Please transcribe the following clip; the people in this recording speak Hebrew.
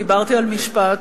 דיברתי על משפט,